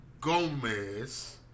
Gomez